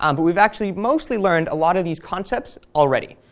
um but we've actually mostly learned a lot of these concepts already.